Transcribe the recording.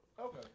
Okay